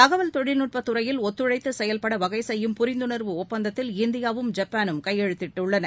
தகவல் தொழில்நுட்ப துறையில் ஒத்துழைத்து செயல்பட வகை செய்யும் புரிந்துணா்வு ஒப்பந்தத்தில் இந்தியாவும் ஜப்பானும் கையெழுத்திட்டுள்ளன